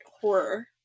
horror